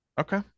Okay